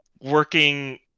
working